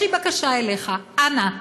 יש לי בקשה אליך: אנא,